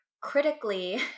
critically